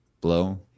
blow